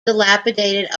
dilapidated